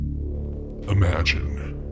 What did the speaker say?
Imagine